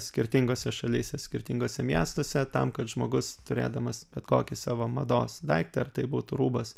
skirtingose šalyse skirtinguose miestuose tam kad žmogus turėdamas bet kokį savo mados daiktą ar tai būtų rūbas